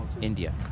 India